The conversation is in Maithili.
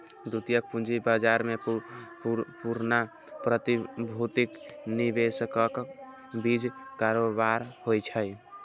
द्वितीयक पूंजी बाजार मे पुरना प्रतिभूतिक निवेशकक बीच कारोबार होइ छै